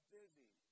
busy